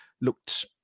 looked